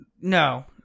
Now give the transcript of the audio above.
No